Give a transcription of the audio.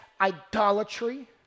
idolatry